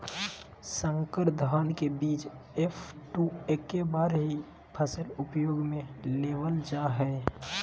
संकर धान के बीज एफ.टू एक्के बार ही फसल उपयोग में लेवल जा हइ